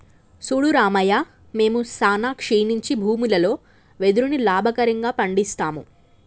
సూడు రామయ్య మేము సానా క్షీణించి భూములలో వెదురును లాభకరంగా పండిస్తాము